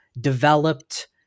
developed